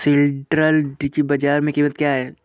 सिल्ड्राल की बाजार में कीमत क्या है?